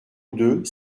deux